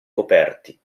coperti